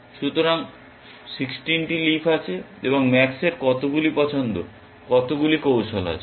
সুতরাং 16টি লিফ আছে এবং ম্যাক্সের কতগুলি পছন্দ কতগুলি কৌশল আছে